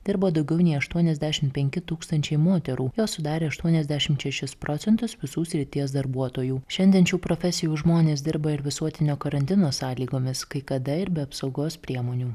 dirbo daugiau nei aštuoniasdešim penki tūkstančiai moterų jos sudarė aštuoniasdešimt šešis procentus visų srities darbuotojų šiandien šių profesijų žmonės dirba ir visuotinio karantino sąlygomis kai kada ir be apsaugos priemonių